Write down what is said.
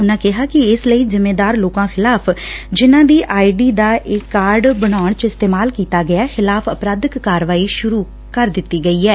ਉਨੂੰ ਕਿਹਾ ਕਿ ਇਸ ਲਈ ਜਿਮੇਵਾਰ ਲੋਕ ਖਿਲਾਫ਼ ਜਿਨਾਂ ਦੀ ਆਈਡੀ ਦਾ ਬਣਾਉਣ ਚ ਇਸਤੇਮਾਲ ਕੀਤਾ ਗਿੱਆ ਖਿਲਾਫ਼ ਅਪਰਾਧਿਕ ਕਾਰਵਾਈ ਸੂਰੁ ਕਰ ਦਿੱਤੀ ਗਈ ਐ